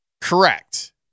Correct